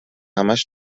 همش